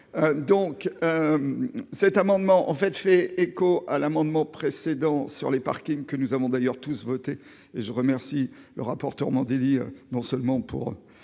donc cet amendement en fait fait écho à l'amendement précédent sur les parkings, que nous avons d'ailleurs tous voter et je remercie le rapporteur Mandelli, non seulement pour